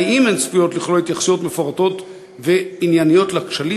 האם הן צפויות לכלול התייחסויות מפורטות וענייניות לכשלים